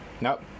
nope